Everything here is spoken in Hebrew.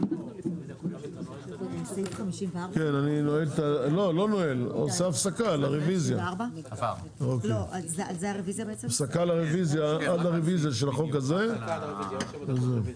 64. הגשתי רביזיה.